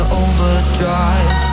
overdrive